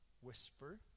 whisper